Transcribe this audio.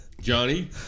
Johnny